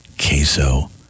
queso